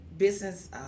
business